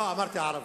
אמרתי ערבית.